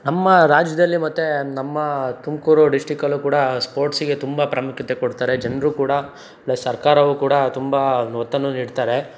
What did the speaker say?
ನಮ್ಮ ರಾಜ್ಯದಲ್ಲಿ ಮತ್ತು ನಮ್ಮ ತುಮಕೂರು ಡಿಸ್ಟಿಕಲ್ಲೂ ಕೂಡ ಸ್ಪೋರ್ಟ್ಸಿಗೆ ತುಂಬ ಪ್ರಾಮುಖ್ಯತೆ ಕೊಡ್ತಾರೆ ಜನರು ಕೂಡ ಪ್ಲಸ್ ಸರ್ಕಾರವು ಕೂಡ ತುಂಬ ಒಂದು ಒತ್ತನ್ನು ನೀಡ್ತಾರೆ